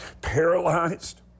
Paralyzed